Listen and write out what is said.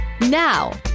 Now